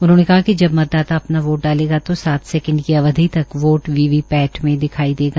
उन्होंने कहा कि जब मतदाता अपना वोट डालेगा तो सात सैकेड की अवधि तक वोट वीवीपैट में दिखाई देगा